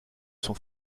son